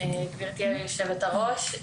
גברתי יושבת-הראש,